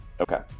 Okay